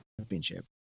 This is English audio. Championship